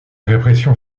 répression